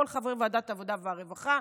כל חברי ועדת העבודה והרווחה,